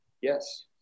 Yes